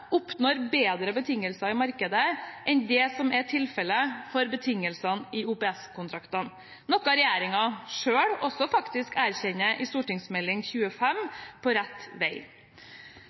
oppnår bedre betingelser i markedet enn det som er tilfellet for betingelsene i OPS-kontraktene, noe regjeringen selv faktisk erkjenner i Meld. St. 25 for 2014–2015, På rett vei. Det er viktig å få mest mulig vei